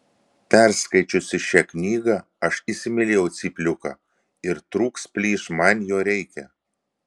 perskaičiusi šią knygą aš įsimylėjau cypliuką ir trūks plyš man jo reikia